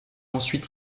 ensuite